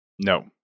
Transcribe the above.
No